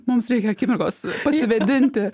mums reikia akimirkos prasivėdinti